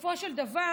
בסופו של דבר,